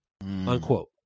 Unquote